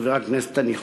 חבר הכנסת הנכבד.